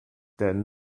denn